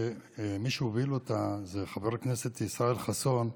שמי שהוביל אותה זה חבר הכנסת ישראל חסון,